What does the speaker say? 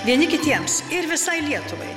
vieni kitiems ir visai lietuvai